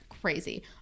crazy